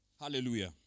Hallelujah